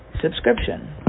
subscription